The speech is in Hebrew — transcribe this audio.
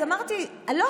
אז אמרתי: לא,